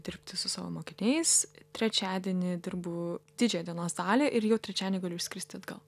dirbti su savo mokiniais trečiadienį dirbu didžiąją dienos dalį ir jau trečiadienį galiu išskristi atgal